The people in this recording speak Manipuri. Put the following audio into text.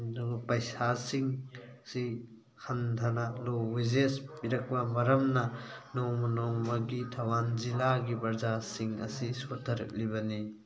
ꯑꯗꯨꯒ ꯄꯩꯁꯥꯁꯤꯡꯁꯤ ꯍꯟꯊꯅ ꯂꯣ ꯋꯦꯖꯦꯁ ꯄꯤꯔꯛꯄ ꯃꯔꯝꯅ ꯅꯣꯡꯃ ꯅꯣꯡꯃꯒꯤ ꯊꯧꯕꯥꯜ ꯖꯤꯂꯥꯒꯤ ꯄ꯭ꯔꯖꯥꯁꯤꯡ ꯑꯁꯤ ꯁꯣꯊꯔꯛꯂꯤꯕꯅꯤ